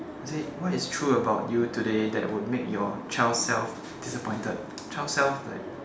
is it what is true about you today that would make your child self disappointed